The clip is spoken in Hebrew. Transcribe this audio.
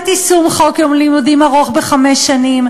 את יישום חוק יום לימודים ארוך בחמש שנים,